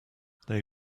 they